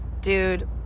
Dude